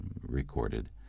recorded